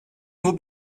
nur